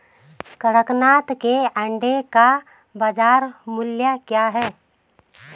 कड़कनाथ के अंडे का बाज़ार मूल्य क्या है?